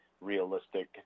realistic